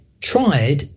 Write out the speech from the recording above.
tried